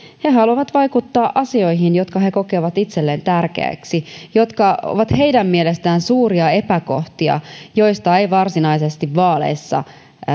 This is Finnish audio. he he haluavat vaikuttaa asioihin jotka he kokevat itselleen tärkeiksi jotka ovat heidän mielestään suuria epäkohtia joista ei varsinaisesti vaaleissa